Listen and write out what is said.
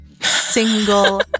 single